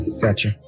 Gotcha